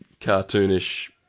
cartoonish